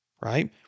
right